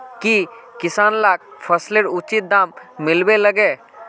की किसान लाक फसलेर उचित दाम मिलबे लगे?